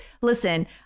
listen